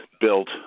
built